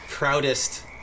proudest